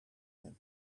him